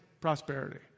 prosperity